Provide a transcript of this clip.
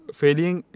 failing